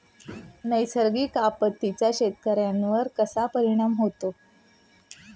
नैसर्गिक आपत्तींचा शेतकऱ्यांवर कसा परिणाम होतो?